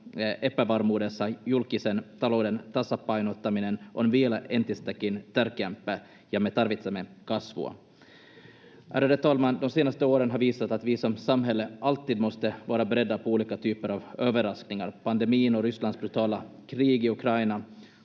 epävarmuudessa julkisen talouden tasapainottaminen on vielä entistäkin tärkeämpää, ja me tarvitsemme kasvua. Ärade talman! De senaste åren har visat att vi som samhälle alltid måste vara beredda på olika typer av överraskningar. Pandemin och Rysslands brutala krig i Ukraina